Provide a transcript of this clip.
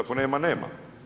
Ako nema nema.